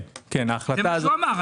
זה מה שהוא אמר.